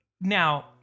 Now